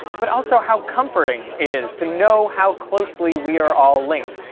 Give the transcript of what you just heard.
but also how comforting it is to know how closely we are all linked,